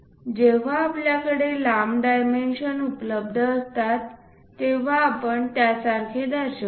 जेव्हा आपल्याकडे लांब डायमेन्शन उपलब्ध असतात तेव्हा आपण त्यासारखे दर्शवितो